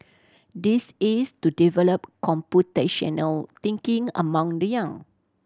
this is to develop computational thinking among the young